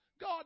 God